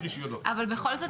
אבל בכל זאת,